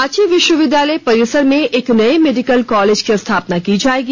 रांची विश्वविद्यालय परिसर में एक नए मेडिकल कॉलेज की स्थापना की जाएगी